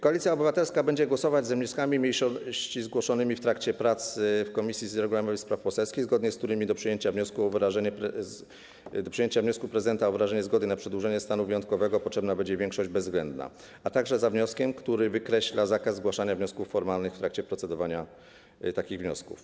Koalicja Obywatelska będzie głosować za wnioskami mniejszości zgłoszonymi w trakcie prac w komisji regulaminowej i spraw poselskich, zgodnie z którymi do przyjęcia wniosku prezydenta o wyrażenie zgody na przedłużenie stanu wyjątkowego potrzebna będzie większość bezwzględna, a także za wnioskiem, który wykreśla zakaz zgłaszania wniosków formalnych w trakcie procedowania nad takimi wnioskami.